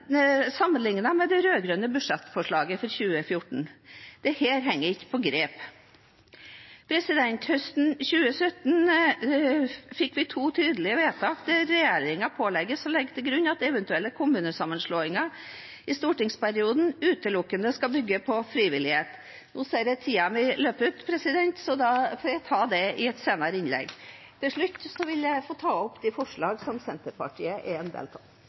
sammenlignet med det rød-grønne budsjettforslaget for 2014. Dette henger ikke på greip. Høsten 2017 fikk vi to tydelige vedtak der regjeringen pålegges å legge til grunn at eventuelle kommunesammenslåinger i denne stortingsperioden utelukkende skal bygge på frivillighet. Nå ser jeg at tiden min løper ut, så da får jeg ta det i et senere innlegg. Til slutt vil jeg få ta opp de forslagene som Senterpartiet er en del av.